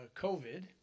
COVID